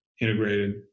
integrated